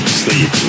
sleep